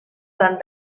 han